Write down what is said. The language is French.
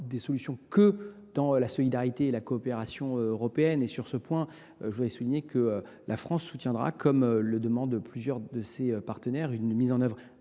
de solutions que dans la solidarité et la coopération européennes. Sur ce point, je tiens à souligner que la France soutiendra, comme le demandent plusieurs de ses partenaires, une mise en œuvre